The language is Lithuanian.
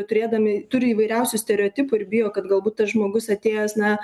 turėdami turi įvairiausių stereotipų ir bijo kad galbūt tas žmogus atėjęs na